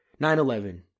9-11